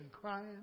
crying